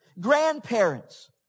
grandparents